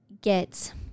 get